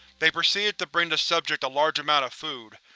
they proceeded to bring the subject a large amount of food.